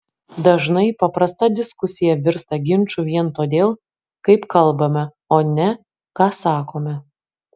dažnai paprasta diskusija virsta ginču vien todėl kaip kalbame o ne ką sakome